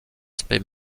aspect